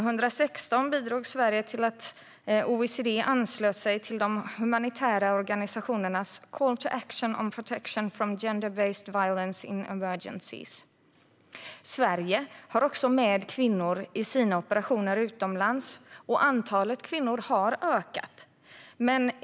Sverige bidrog 2016 till att OECD anslöt sig till de humanitära organisationernas Call to action on protection from gender-based violence in emergencies. Sverige har också med kvinnor i sina operationer utomlands, och antalet kvinnor har ökat.